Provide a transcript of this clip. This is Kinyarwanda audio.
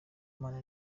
imana